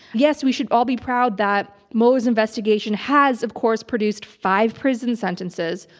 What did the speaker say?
yes, we should all be proud that mueller's investigation has, of course, produced five prison sentences,